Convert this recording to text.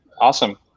awesome